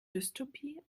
dystopie